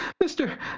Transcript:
Mister